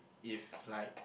if like